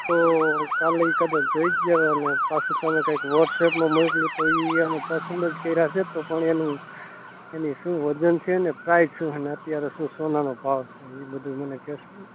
તો કાલે એ કદાચ જોઈ ગયા હતાં અને પાછું તમે કંઇક વોટસએપમાં મોકલ્યું હતું એ એ અમે પસંદ જ કર્યાં છે તો તમે એનું એની શું વજન છે અને પ્રાઈઝ શું અને અત્યારે શું સોનાનો ભાવ છે એ બધું મને કહેશો